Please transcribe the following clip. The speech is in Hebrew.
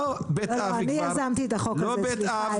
אני יזמתי את החוק הזה, סליחה.